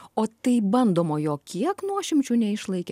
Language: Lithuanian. o tai bandomojo kiek nuošimčių neišlaikė